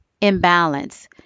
imbalance